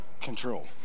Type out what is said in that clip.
control